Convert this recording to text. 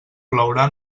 plourà